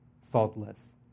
saltless